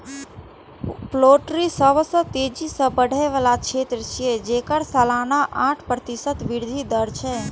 poultry सबसं तेजी सं बढ़ै बला क्षेत्र छियै, जेकर सालाना आठ प्रतिशत वृद्धि दर छै